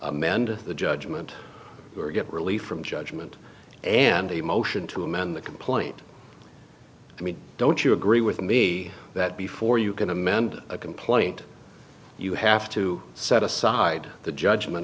amend the judgment or get relief from judgment and a motion to amend the complaint i mean don't you agree with me that before you can amend a complaint you have to set aside the judgment